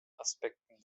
aspekten